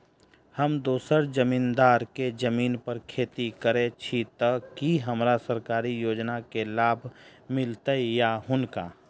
हम दोसर जमींदार केँ जमीन पर खेती करै छी तऽ की हमरा सरकारी योजना केँ लाभ मीलतय या हुनका?